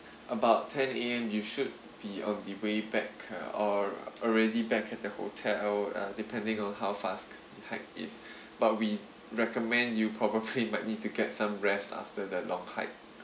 about ten A_M you should be on the way back uh or already back at the hotel uh depending on how fast hike is but we recommend you probably might need to get some rest after the long hike